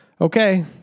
Okay